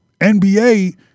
NBA